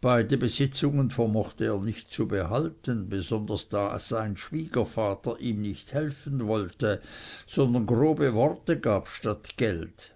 beide besitzungen vermochte er nicht zu behalten besonders da sein schwiegervater ihm nicht helfen wollte sondern grobe worte gab statt geld